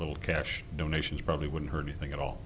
a little cash donations probably wouldn't hurt anything at all